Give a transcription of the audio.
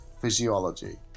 physiology